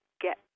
get